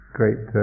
great